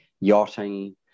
yachting